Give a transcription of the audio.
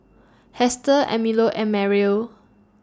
Hester Emilio and Merrill